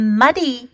muddy